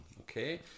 okay